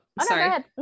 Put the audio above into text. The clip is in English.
sorry